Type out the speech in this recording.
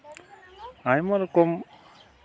ᱟᱭᱢᱟ ᱨᱚᱠᱚᱢ